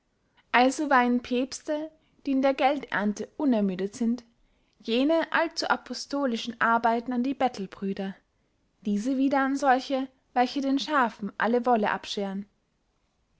also weihen päbste die in der gelderndte unermüdet sind jene allzu apostolischen arbeiten an die bettelbrüder diese wieder an solche welche den schafen alle wolle abscheren